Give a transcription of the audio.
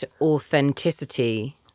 authenticity